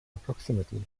approximately